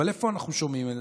אבל איפה אנחנו שומעים?